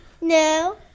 No